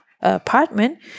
apartment